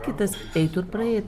kitas eitų ir praeitų